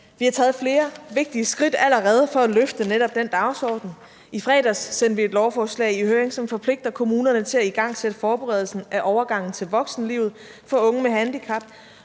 taget flere vigtige skridt for at løfte netop den dagsorden. I fredags sendte vi et lovforslag i høring, som forpligter kommunerne til at igangsætte forberedelsen af overgangen til voksenlivet for unge med handicap,